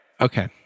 Okay